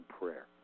prayer